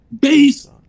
base